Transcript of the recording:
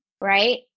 right